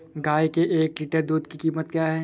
गाय के एक लीटर दूध की कीमत क्या है?